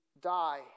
die